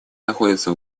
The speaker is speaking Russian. находятся